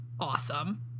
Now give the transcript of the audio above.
Awesome